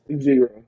Zero